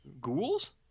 Ghouls